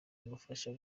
bimufasha